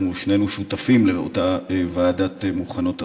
שנינו שותפים לאותה ועדה למוכנות העורף,